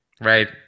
Right